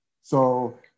So-